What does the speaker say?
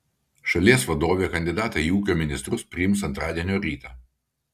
šalies vadovė kandidatą į ūkio ministrus priims antradienio rytą